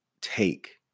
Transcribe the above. take